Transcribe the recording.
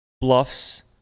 bluffs